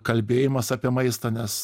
kalbėjimas apie maistą nes